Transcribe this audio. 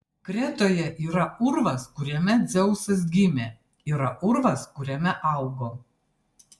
kretoje yra urvas kuriame dzeusas gimė yra urvas kuriame augo